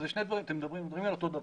אתם מדברים על אותו דבר.